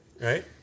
Right